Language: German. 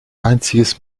einziges